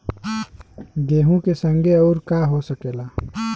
गेहूँ के संगे अउर का का हो सकेला?